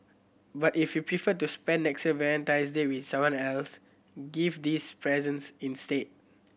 but if you prefer to spend next year's Valentine's Day with someone else give these presents instead